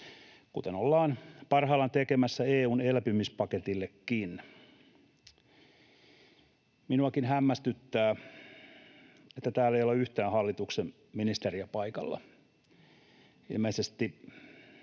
kuten ollaan parhaillaan tekemässä EU:n elpymispaketillekin. Minuakin hämmästyttää, että täällä ei ole yhtään hallituksen ministeriä paikalla. Ilmeisesti